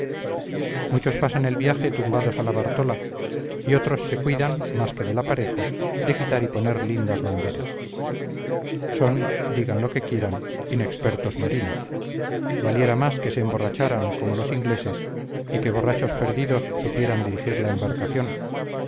muchos pasan el viaje tumbados a la bartola y otros se cuidan más que del aparejo de quitar y poner lindas banderas son digan lo que quieran inexpertos marinos valiera más que se emborracharan como los ingleses y que borrachos perdidos supieran dirigir la embarcación